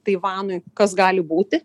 taivanui kas gali būti